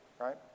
right